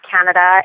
Canada